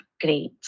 great